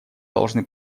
должны